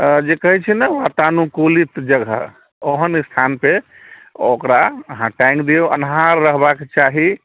जे कहै छै ने वातानुकूलित जगह ओहन स्थानपर ओकरा अहाँ टाँगि दिऔ अन्हार रहबाके चाही